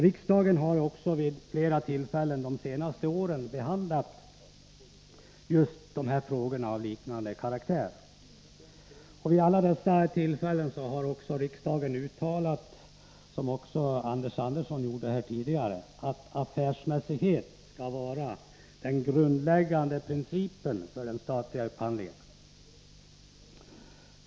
Riksdagen har vid flera tillfällen under de senaste åren behandlat frågor av liknande karaktär. Vid alla dessa tillfällen har riksdagen också uttalat, vilket Anders Andersson också sade här tidigare, att affärsmässighet skall vara den grundläggande principen för den statliga upphandlingen.